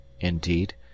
Indeed